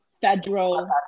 federal